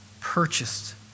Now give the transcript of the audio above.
purchased